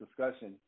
discussion